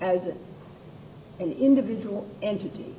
as an individual entity